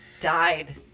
died